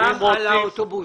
גם על האוטובוסים.